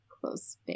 close